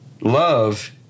love